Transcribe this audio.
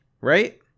Right